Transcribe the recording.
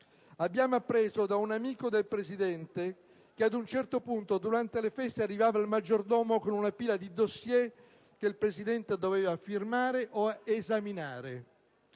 Abbiamo appreso da un amico del Presidente che ad un certo punto, durante le feste, arrivava il maggiordomo con una pila di *dossier* che il Presidente doveva firmare o esaminare.